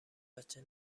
بچه